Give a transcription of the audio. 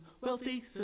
Wealthy